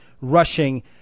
rushing